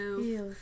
Yes